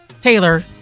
Taylor